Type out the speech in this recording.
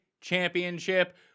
Championship